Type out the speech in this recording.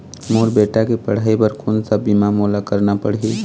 मोर बेटा के पढ़ई बर कोन सा बीमा मोला करना पढ़ही?